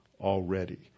already